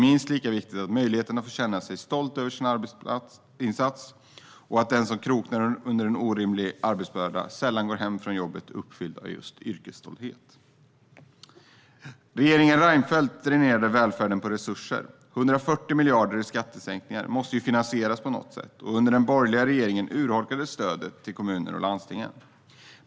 Minst lika viktigt är möjligheten att få känna sig stolt över sin arbetsinsats. Och den som kroknar under en orimlig arbetsbörda går sällan hem från jobbet uppfylld av just yrkesstolthet. Regeringen Reinfeldt dränerade välfärden på resurser. 140 miljarder i skattesänkningar måste ju finansieras på något sätt. Under den borgerliga regeringen urholkades stödet till kommuner och landsting.